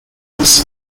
lopez